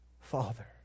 Father